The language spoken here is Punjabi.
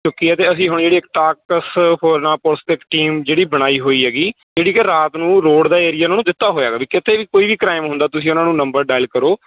ਕਿਉਂਕਿ ਇਹ ਤਾਂ ਅਸੀਂ ਹੁਣ ਜਿਹੜੇ ਇੱਕ ਤਾਕਤ ਹ ਹੋਰਨਾਂ ਪੁਲਿਸ ਤੱਕ ਟੀਮ ਜਿਹੜੀ ਬਣਾਈ ਹੋਈ ਹੈਗੀ ਜਿਹੜੀ ਕਿ ਰਾਤ ਨੂੰ ਰੋਡ ਦਾ ਏਰੀਆ ਉਨ੍ਹਾਂ ਨੂੰ ਦਿੱਤਾ ਹੋਇਆ ਹੈਗਾ ਵੀ ਕਿਤੇ ਵੀ ਕੋਈ ਵੀ ਕ੍ਰਾਈਮ ਹੁੰਦਾ ਤੁਸੀਂ ਉਨ੍ਹਾਂ ਨੂੰ ਨੰਬਰ ਡਾਇਲ ਕਰੋ